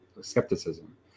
skepticism